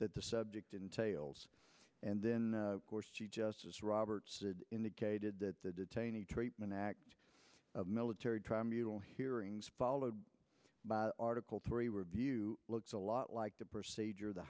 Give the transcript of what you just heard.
that the subject entails and then of course to justice roberts in the case did that the detainees treatment act military tribunal hearings followed by article three review looks a lot like the procedure the